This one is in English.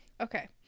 Okay